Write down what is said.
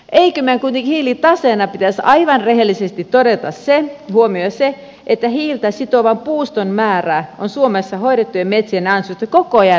eikö meidän kuitenkin pitäisi aivan rehellisesti huomioida hiilitaseena se että hiiltä sitovan puuston määrä on suomessa hoidettujen metsien ansiosta koko ajan lisääntynyt